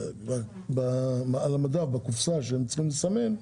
שעל הקופסה שהם צריכים לסמן,